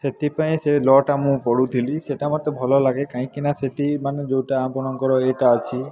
ସେଥିପାଇଁ ସେ ଲଟା ମୁଁ ପଢୁଥିଲି ସେଇଟା ମୋତେ ଭଲ ଲାଗେ କାହିଁକି ନା ସେଇଠି ମାନେ ଯେଉଁଟା ଆପଣଙ୍କର ଏଇଟା ଅଛି